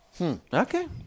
Okay